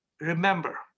remember